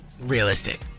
realistic